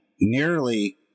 nearly